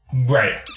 Right